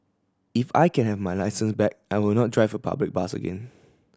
if I can have my licence back I will not drive a public bus again